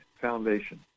Foundation